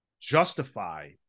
justify